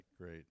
Great